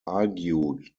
argued